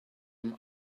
him